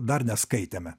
dar neskaitėme